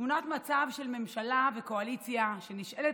תמונת מצב של ממשלה וקואליציה שנשענות